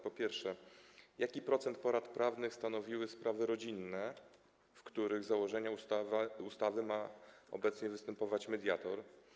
Po pierwsze, jaki procent porad prawnych stanowiły sprawy rodzinne, w których według założeń ustawy ma obecnie występować mediator?